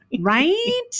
Right